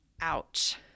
Ouch